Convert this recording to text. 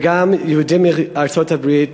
וגם יהודים מארצות-הברית,